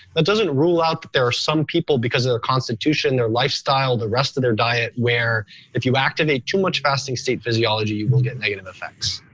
it doesn't rule out that there are some people because of their constitution, their lifestyle, and the rest of their diet where if you activate too much fasting state physiology, you will get negative effects.